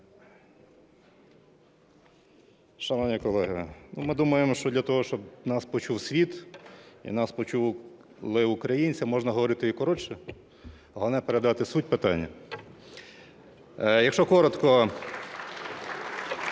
Шановні колеги, ми думаємо, що для того, щоб нас почув світ і нас почули українці, можна говорити і коротше, головне передати суть питання. (Оплески)